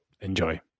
Enjoy